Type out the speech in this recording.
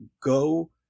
Go